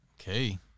Okay